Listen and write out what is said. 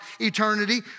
eternity